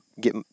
get